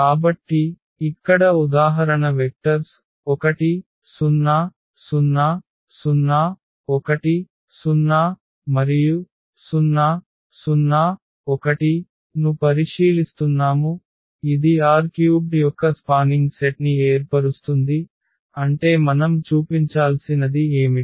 కాబట్టి ఇక్కడ ఉదాహరణ వెక్టర్స్ 1 0 0 0 1 0 0 0 1 ను పరిశీలిస్తున్నాము ఇది R³ యొక్క స్పానింగ్ సెట్ని ఏర్పరుస్తుంది అంటే మనం చూపించాల్సింది ఏమిటి